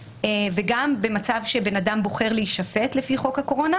וגם במצב שבן אדם בוחר להישפט לפי חוק הקורונה,